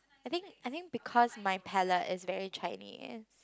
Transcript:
I think I think because my palate is very Chinese